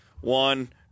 One